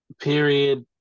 period